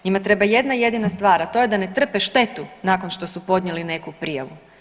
Njima treba jedna jedina stvar, a to je da ne trpe štetu nakon što su podnijeli neku prijavu.